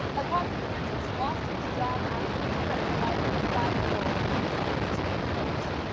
a cop in kansas lost his job after he threatened the life of a five-year-old on a facebook post.